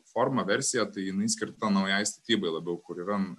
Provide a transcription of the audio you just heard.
forma versija tai jinai skirta naujai statybai labiau kur yra